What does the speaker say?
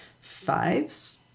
Fives